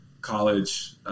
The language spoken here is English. college